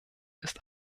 ist